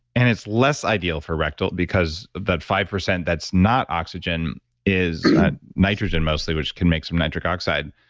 and it's less ideal for rectal because that five percent that's not oxygen is nitrogen mostly, which can make some nitric oxide.